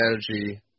strategy